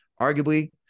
arguably